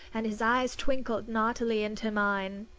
and his eyes twinkled naughtily into mine.